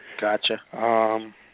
Gotcha